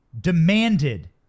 demanded